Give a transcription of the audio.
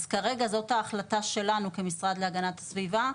אז כרגע זאת ההחלטה שלנו כמשרד להגנת הסביבה.